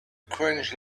cringe